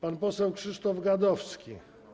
Pan poseł Krzysztof Gadowski.